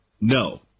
No